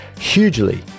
hugely